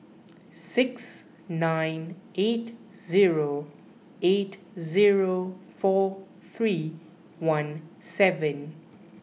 six nine eight zero eight zero four three one seven